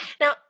Now